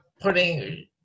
putting